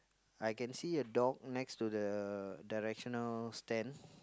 I can see a dog next to the directional stand